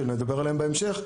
שנדבר עליהם בהמשך,